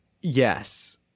Yes